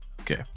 Okay